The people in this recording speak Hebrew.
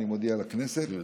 אני מודיע לכנסת.